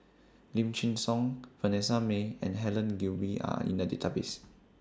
Lim Chin Siong Vanessa Mae and Helen Gilbey Are in The Database